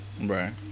Right